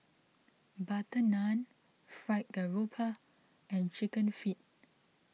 Butter Naan Fried Garoupa and Chicken Feet